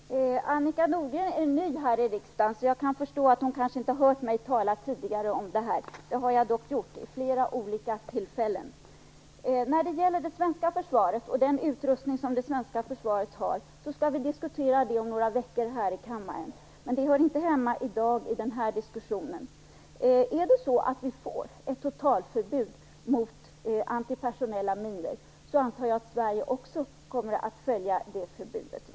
Herr talman! Annika Nordgren är ny här i riksdagen, så jag kan förstå att hon kanske inte har hört mig tala tidigare om detta. Det har jag dock gjort, vid flera olika tillfällen. När det gäller det svenska försvaret och den utrustning som det svenska försvaret har skall vi diskutera det om några veckor här i kammaren, men det hör inte hemma i den här diskussionen i dag. Är det så att vi får ett totalförbud mot antipersonella minor, antar jag att Sverige också kommer att följa det förbudet.